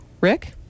Rick